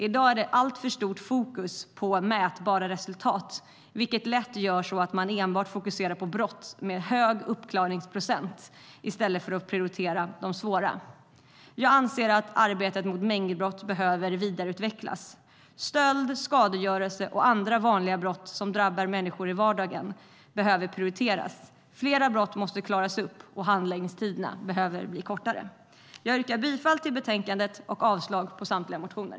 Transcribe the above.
I dag är det alltför stort fokus på mätbara resultat, vilket lätt gör att man enbart fokuserar på brott med hög uppklaringsprocent i stället för att prioritera de svåra brotten. Jag anser att arbetet mot mängdbrott bör vidareutvecklas. Stöld, skadegörelse och andra vanliga brott som drabbar människor i vardagen bör prioriteras. Fler brott måste klaras upp, och handläggningstiderna måste bli kortare. Jag yrkar bifall till förslaget i betänkandet och avslag på samtliga motioner.